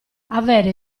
avere